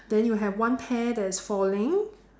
then you have one pear that is falling